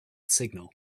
signal